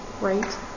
right